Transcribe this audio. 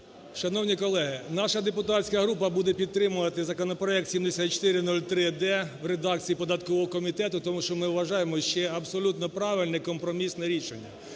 Шановні колеги, наша депутатська група буде підтримувати законопроект 7403-д в редакції податкового комітету, тому що ми вважаємо, що це абсолютно правильне, компромісне рішення.